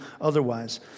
otherwise